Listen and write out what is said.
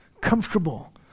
comfortable